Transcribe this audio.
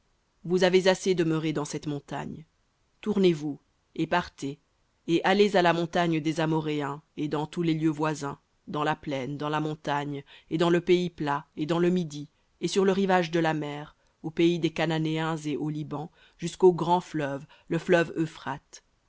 vous avez assez demeuré dans cette montagne tournez-vous et partez et allez à la montagne des amoréens et dans tous les lieux voisins dans la plaine dans la montagne et dans le pays plat et dans le midi et sur le rivage de la mer au pays des cananéens et au liban jusqu'au grand fleuve le fleuve